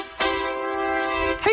Hey